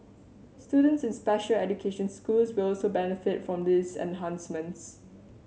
students in special education schools will also benefit from these enhancements